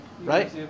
right